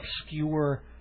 obscure